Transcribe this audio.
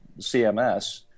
CMS